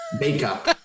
makeup